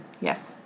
Yes